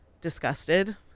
disgusted